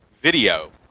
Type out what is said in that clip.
video